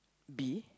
bee